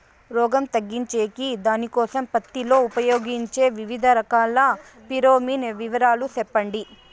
రోగం తగ్గించేకి దానికోసం పత్తి లో ఉపయోగించే వివిధ రకాల ఫిరోమిన్ వివరాలు సెప్పండి